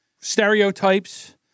stereotypes